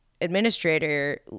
administrator